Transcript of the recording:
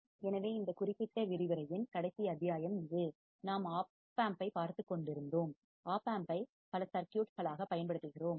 எனவே இந்த குறிப்பிட்ட விரிவுரையின் கடைசி அத்தியாயம் இது நாம் ஓப்பம்பைப் பார்த்துக் கொண்டிருந்தோம் ஓப்பாம்பை பல சர்க்யூட்களாகப் பயன்படுத்துகிறோம்